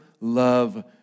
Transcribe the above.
love